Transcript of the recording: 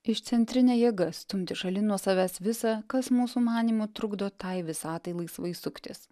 išcentrinė jėga stumti šalin nuo savęs visa kas mūsų manymu trukdo tai visatai laisvai suktis